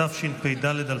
התשפ"ד 2024,